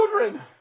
children